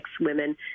women